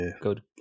good